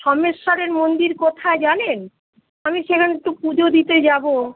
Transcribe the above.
সম্বলেশ্বরীর মন্দির কোথায় জানেন আমি সেখানে একটু পুজো দিতে যাবো